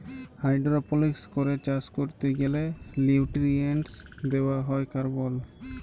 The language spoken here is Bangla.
হাইড্রপলিক্স করে চাষ ক্যরতে গ্যালে লিউট্রিয়েন্টস লেওয়া হ্যয় কার্বল